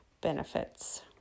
benefits